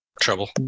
trouble